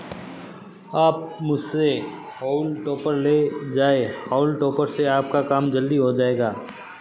आप मुझसे हॉउल टॉपर ले जाएं हाउल टॉपर से आपका काम जल्दी हो जाएगा